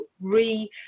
re